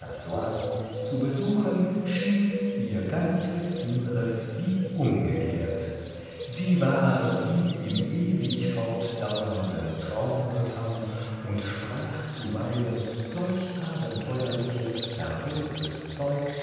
zu besuchen schien ihr ganzes innres wie umgekehrt sie war wie im ewig fortdauernden traum befangen und sprach zuweilen solch abenteuerliches verwirrtes zeug